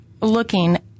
looking